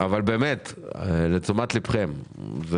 לתשומת לבכם,